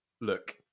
Look